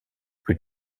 plus